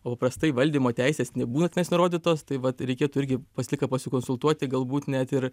o paprastai valdymo teisės nebūna tenais nurodytos tai vat reikėtų irgi visą laiką pasikonsultuoti galbūt net ir